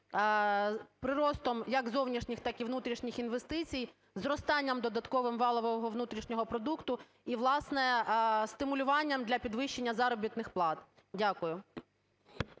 приростом як зовнішніх, так і внутрішніх інвестицій, зростанням додатковим валового внутрішнього продукту і, власне, стимулюванням для підвищення заробітних плат? Дякую.